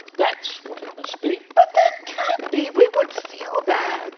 that's what it must be. but that can't be. we would feel that!